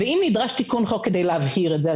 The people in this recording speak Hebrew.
ואם נדרש תיקון חוק כדי להבהיר את זה,